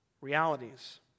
realities